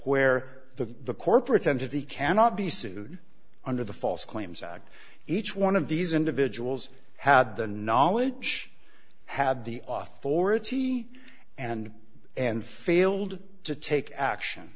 the the corporate entity cannot be sued under the false claims act each one of these individuals had the knowledge had the author or ity and and failed to take action